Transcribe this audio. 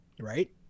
Right